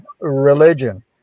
religion